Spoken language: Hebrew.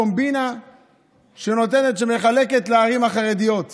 קומבינה שמחלקת לערים החרדיות כסף.